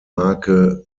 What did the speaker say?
marke